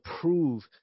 prove